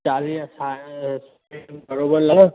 चालीह बराबरि लॻो